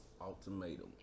ultimatum